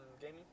gaming